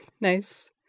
Nice